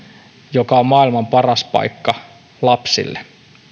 joka on maailman paras paikka lapsille